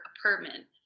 apartment